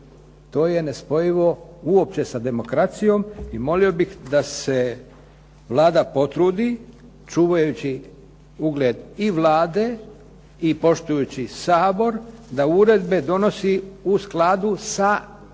To je nespojivo uopće sa demokracijom i molio bih da se Vlada potrudi, čuvajući ugled i Vlade i poštujući Sabora, da uredbe donosi u skladu sa ovlaštenjima